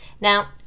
Now